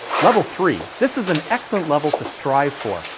level three. this is an excellent level to strive for.